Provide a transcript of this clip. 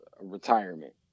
retirement